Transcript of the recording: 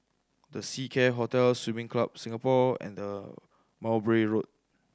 The Seacare Hotel Swimming Club Singapore and the Mowbray Road